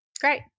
Great